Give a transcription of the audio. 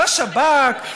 בשב"כ,